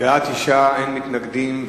התש"ע 2009,